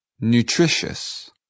nutritious